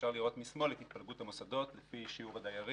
אפשר לראות משאל את התפלגות המוסדות לפי שיעור הדיירים.